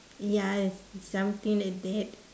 ya something like that